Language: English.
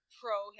pro